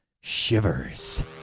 Shivers